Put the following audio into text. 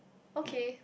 okay